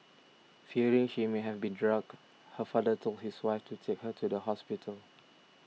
fearing she may have been drugged her father told his wife to take her to the hospital